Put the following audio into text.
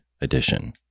edition